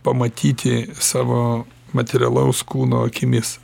pamatyti savo materialaus kūno akimis